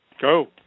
Go